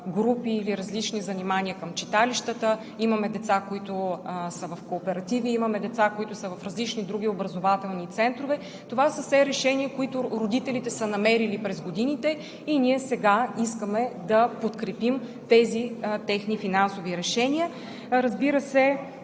или различни занимания към читалищата, имаме деца, които са в кооперативи, имаме деца, които са в различни други образователни центрове. Това са все решения, които родителите са намерили през годините и ние сега искаме да подкрепим тези техни финансови решения.